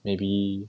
maybe